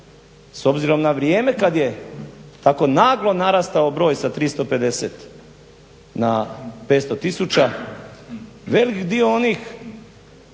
s obzirom na vrijeme kad je tako naglo narastao broj sa 350 na 500 tisuća velik dio onih